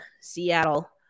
Seattle